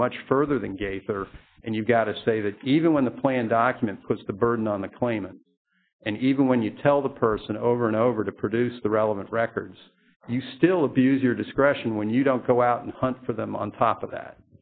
go much further than gate and you've gotta say that even when the plan documents puts the burden on the claimant and even when you tell the person over and over to produce the relevant records you still abuse your discretion when you don't go out and hunt for them on top of that